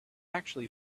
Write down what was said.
actually